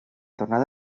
tornada